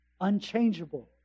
unchangeable